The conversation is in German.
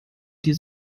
die